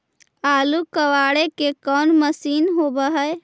आलू कबाड़े के कोन मशिन होब है?